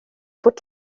bod